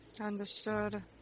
Understood